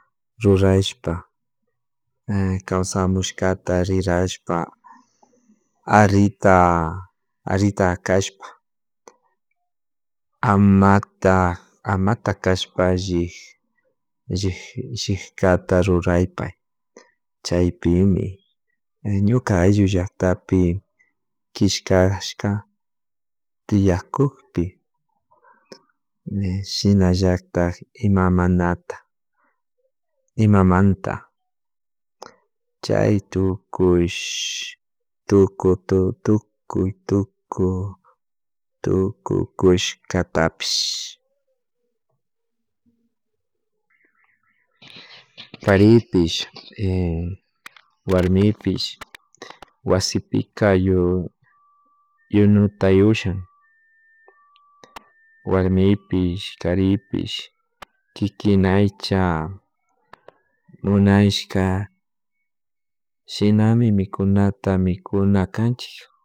Rurashpa kawsamushkata rirashpa arita arita kashpa amata amata kashpa allik llikkata rurakpay chaypimi ñuka alli llaktapi kishkashka tiyakukpi shinallatak imamanata imamanta chay tukush tukuy tuku tuku tukukushkatapich karipich warmipich wasipika yu yunuta yusha warmipich karipich kikinaycha munashka shinami mikunata mikunakanchik.